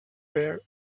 pair